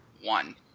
one